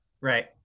right